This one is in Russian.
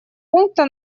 пункта